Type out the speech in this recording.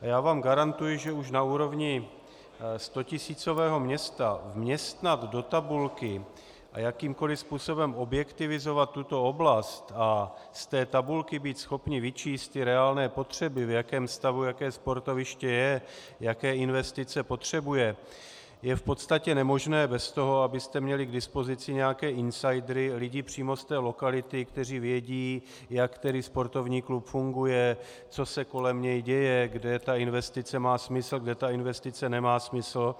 A já vám garantuji, že už na úrovni stotisícového města vměstnat do tabulky a jakýmkoli způsobem objektivizovat tuto oblast a z té tabulky být schopni vyčíst reálné potřeby, v jakém stavu jaké sportoviště je, jaké investice potřebuje, je v podstatě nemožné bez toho, abyste měli k dispozici nějaké insidery, lidi přímo z té lokality, kteří vědí, jak který sportovní klub funguje, co se kolem něj děje, kde ta investice má smysl, kde ta investice nemá smysl.